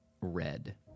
red